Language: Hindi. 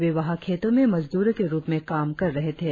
वे वहाँ खेतो में मजदूरों के रुप में काम कर रहे थे